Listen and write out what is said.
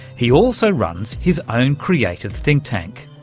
he also runs his own creative think tank.